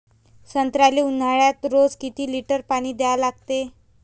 संत्र्याले ऊन्हाळ्यात रोज किती लीटर पानी द्या लागते?